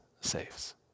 saves